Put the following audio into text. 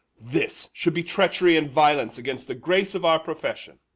this should be treachery and violence against the grace of our profession.